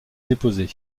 déposé